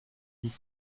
dix